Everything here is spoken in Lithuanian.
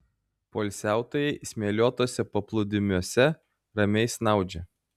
poilsiautojai smėliuotuose paplūdimiuose ramiai snaudžia